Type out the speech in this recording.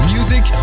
Music